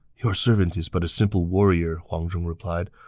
your servant is but a simple warrior, huang zhong replied.